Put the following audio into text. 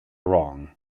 wrong